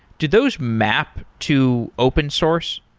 do those map to open source?